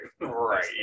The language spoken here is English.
right